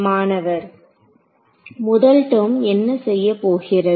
மாணவர் முதல் டெர்ம் என்ன செய்யப் போகிறது